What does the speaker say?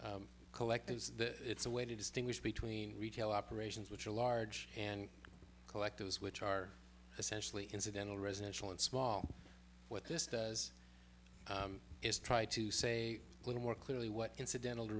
o collect is that it's a way to distinguish between retail operations which are large and collectors which are essentially incidental residential and small what this does is try to say a little more clearly what incidental